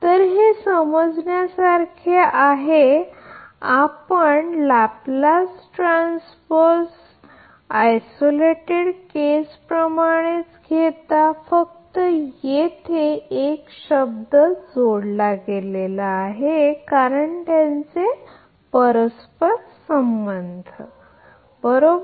तर हे समजण्यासारखे आहे आपण लेपलेस ट्रान्सव्हर्सला आयसोलेटेड केस प्रमाणेच घेता फक्त येथे एक शब्द जोडला गेला आहे कारण त्यांचे परस्परसंबंध बरोबर